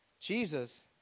Jesus